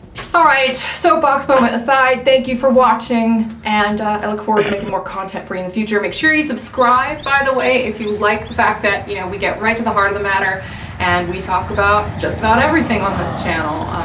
all right, so box moment aside, thank you for watching, and i look forward to making more content for you in the future. make sure you subscribe, by the way, if you like the fact that, you know, we get right to the heart of the matter and we talk about just about everything on this